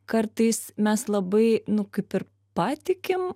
kartais mes labai nu kaip ir patikim